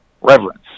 reverence